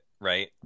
right